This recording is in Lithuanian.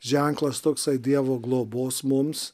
ženklas toksai dievo globos mums